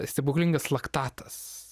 stebuklingas laktatas